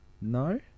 No